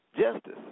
Justice